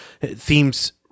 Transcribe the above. themes